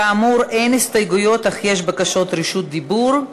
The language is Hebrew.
כאמור, אין הסתייגויות, אך יש בקשות רשות דיבור.